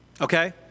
Okay